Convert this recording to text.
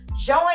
Join